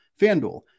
fanduel